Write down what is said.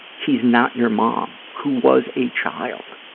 he's not your mom, who was a child